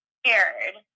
scared